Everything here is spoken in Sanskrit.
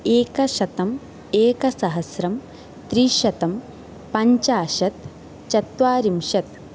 एकशतम् एकसहस्रं त्रिशतं पञ्चाशत् चत्वारिंशत्